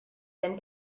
then